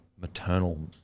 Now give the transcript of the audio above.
maternal